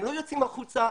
הם לא יוצאים החוצה,